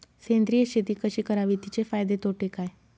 सेंद्रिय शेती कशी करावी? तिचे फायदे तोटे काय?